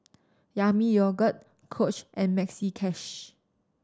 Yami Yogurt Coach and Maxi Cash